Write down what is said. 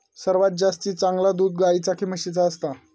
सर्वात जास्ती चांगला दूध गाईचा की म्हशीचा असता?